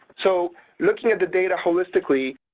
so looking at the data holistically,